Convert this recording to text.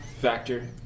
factor